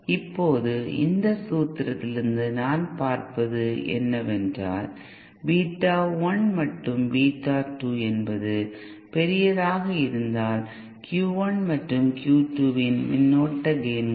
இப்போது இந்த சூத்திரத்திலிருந்து நாம் பார்ப்பது என்னவென்றால் பீட்டா1 மற்றும் பீட்டா2 என்பது பெரியதாக இருந்தால் Q1 மற்றும் Q2 வின் மின்னோட்ட கேய்ன்கள்